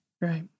Right